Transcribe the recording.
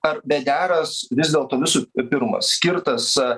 ar bedearas vis dėlto visų pirma skirtas